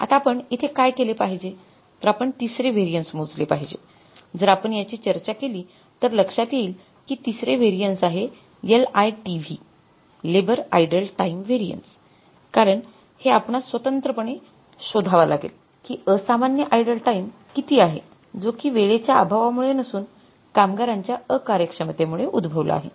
आता आपण इथे काय केले पाहिजे तर आपण तिसरे व्हेरिएन्स मोजले पाहिजे जर आपण याची चर्चा केली तर लक्ष्यात येईल कि तिसरे व्हेरिएन्स आहे LITV कारण हे आपणास स्वतंत्रपणे शोधावा लागेल कि असामान्य आइडल टाईम का किती आहे जो कि वेळेच्या अभावामुळे नसून कामगारांच्या अकार्यक्षमतेमूळे उद्भवला आहे